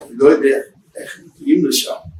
‫אני לא יודע איך מגיעים לשם.